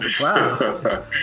Wow